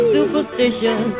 Superstition